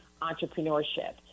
entrepreneurship